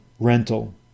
rental